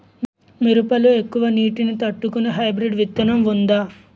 మిరప లో ఎక్కువ నీటి ని తట్టుకునే హైబ్రిడ్ విత్తనం వుందా?